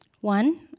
One